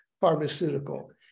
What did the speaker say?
pharmaceutical